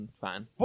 fine